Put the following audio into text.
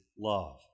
love